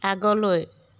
আগলৈ